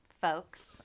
folks